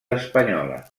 espanyola